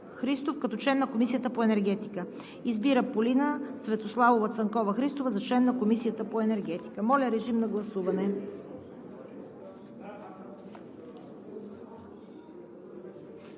като член на Комисията по енергетика. 2. Избира Полина Цветославова Цанкова-Христова за член на Комисията по енергетика.“ Моля, режим на гласуване.